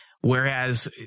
Whereas